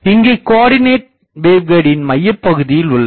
இங்கே கோஆர்டினேட் வேவ்கைடின் மையபகுதியில் உள்ளது